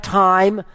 time